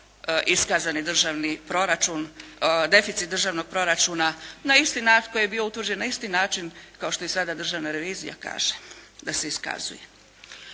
iskazani državni proračun, deficit državnog proračuna na isti način, koji je bio utvrđen na isti način kao što sada i državna revizija kaže da se iskazuje.